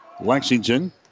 Lexington